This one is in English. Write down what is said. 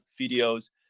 videos